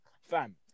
fam